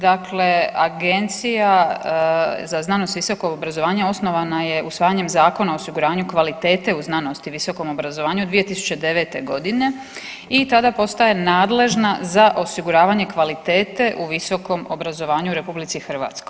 Dakle, Agencija za znanost i visoko obrazovanje osnovana je usvajanjem Zakona o osiguranju kvalitete u znanosti i visokom obrazovanju 2009. godine i tada postaje nadležna za osiguravanje kvalitete u visokom obrazovanju u RH.